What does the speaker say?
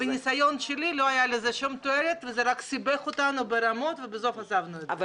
בניסיון שלי לא הייתה לזה תועלת וזה רק סיבך אותנו ובסוף עזבנו את זה.